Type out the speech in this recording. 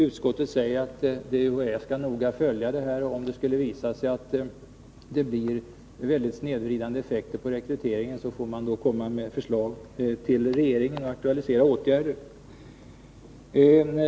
Utskottet säger att UHÄ noga skall följa frågan, och om det visar sig att rekryteringen blir mycket snedvriden, får åtgärder aktualiseras hos regeringen.